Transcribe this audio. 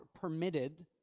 permitted